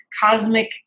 Cosmic